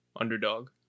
underdog